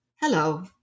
Hello